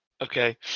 Okay